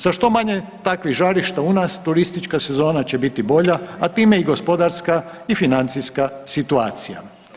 Sa što manje takvih žarišta u nas, turistička sezona će biti bolja, a time i gospodarska i financijska situacija.